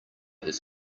his